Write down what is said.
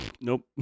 Nope